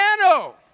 piano